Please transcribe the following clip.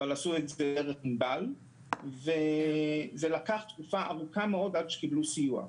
אבל עשו את זה דרך --- וזה לקח תקופה ארוכה מאוד עד שקיבלו סיוע.